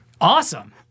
Awesome